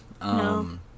No